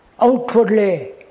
Outwardly